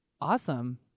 awesome